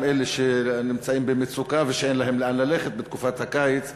אלה שנמצאים במצוקה ושאין להם לאן ללכת בתקופת הקיץ בפרט.